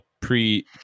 pre